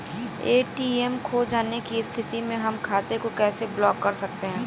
ATM खो जाने की स्थिति में हम खाते को कैसे ब्लॉक कर सकते हैं?